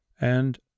and